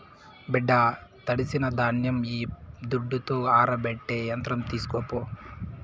బిడ్డా తడిసిన ధాన్యం ఈ దుడ్డుతో ఆరబెట్టే యంత్రం తీస్కోపో